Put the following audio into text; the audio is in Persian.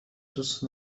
دوست